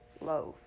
loaf